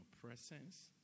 presence